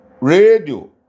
Radio